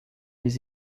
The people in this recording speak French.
les